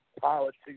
politics